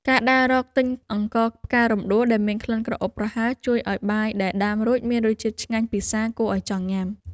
ការដើររកទិញអង្ករផ្ការំដួលដែលមានក្លិនក្រអូបប្រហើរជួយឱ្យបាយដែលដាំរួចមានរសជាតិឆ្ងាញ់ពិសាគួរឱ្យចង់ញ៉ាំ។